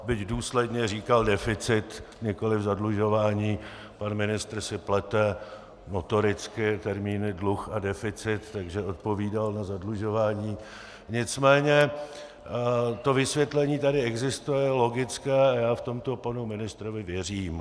Byť důsledně říkal deficit, nikoliv zadlužování, pan ministr si plete notoricky termíny dluh a deficit, takže odpovídal na zadlužování, nicméně to vysvětlení tady existuje, je logické a já v tomto panu ministrovi věřím.